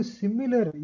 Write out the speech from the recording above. similar